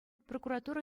прокуратура